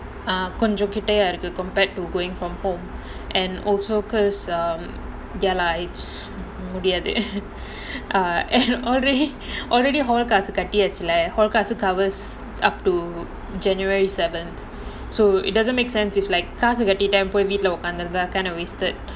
கொஞ்சம் கிட்டத்தான் இருக்கு:konjam kittathaan irukku compared to going from home and also because um ya lah I முடியாது:mudiathu covers up to january seven so it doesn't make sense if like கட்டியாச்சுல:kattiyaachula kind of wasted